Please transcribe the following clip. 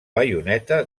baioneta